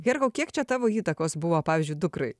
herkau kiek čia tavo įtakos buvo pavyzdžiui dukrai